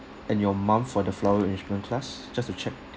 and your mum for the flower arrangement class just to check